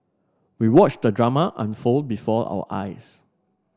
we watched the drama unfold before our eyes